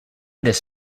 this